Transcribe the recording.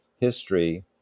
history